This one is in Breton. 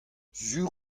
sur